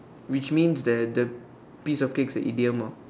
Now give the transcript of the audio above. which means that the piece of cake's a idiom ah